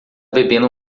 bebendo